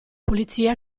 polizia